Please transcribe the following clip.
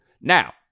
now